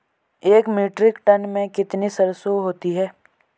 एक metric tonne में कितनी सरसों होती है?